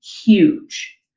huge